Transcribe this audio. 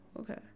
Okay